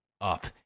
up